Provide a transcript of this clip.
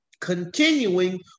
continuing